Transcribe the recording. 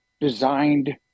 designed